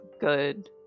good